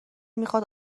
میخواد